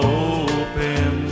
open